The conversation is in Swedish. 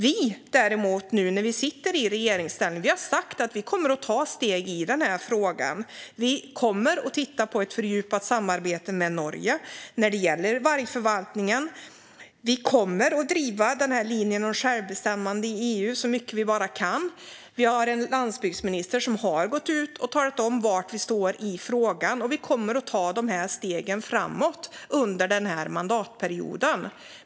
Vi däremot, nu när vi sitter i regeringsställning, har sagt att vi kommer att ta steg i denna fråga. Vi kommer att titta på ett fördjupat samarbete med Norge när det gäller vargförvaltningen. Vi kommer att driva linjen om självbestämmande i EU så mycket vi bara kan. Vi har en landsbygdsminister som har gått ut och talat om var vi står i frågan, och vi kommer att ta dessa steg framåt under denna mandatperiod.